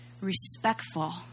respectful